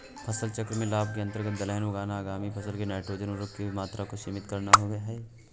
फसल चक्र के लाभ के अंतर्गत दलहन उगाना आगामी फसल में नाइट्रोजन उर्वरक की मात्रा को सीमित करता है